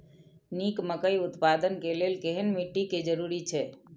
निक मकई उत्पादन के लेल केहेन मिट्टी के जरूरी छे?